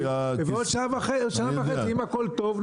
ואם בעוד שנה וחצי אם הכל טוב,